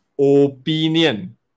opinion